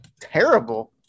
Terrible